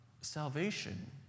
salvation